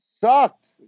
sucked